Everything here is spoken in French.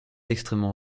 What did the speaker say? extrêmement